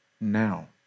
now